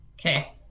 Okay